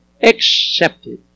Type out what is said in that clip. accepted